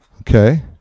Okay